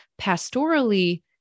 pastorally